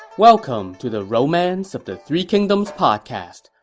welcome to the romance of the three kingdoms podcast.